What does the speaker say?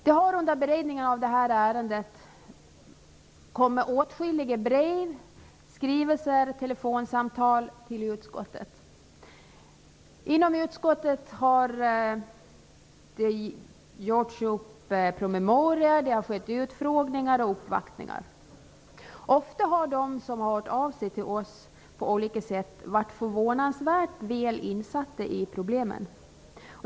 Det har under beredningen av det här ärendet kommit åtskilliga brev, skrivelser och telefonsamtal till utskottet. Inom utskottet har det gjorts upp promemorior, det har skett utfrågningar och uppvaktningar. Ofta har de som har hört av sig till oss på olika sätt varit förvånansvärt väl insatta i problemen.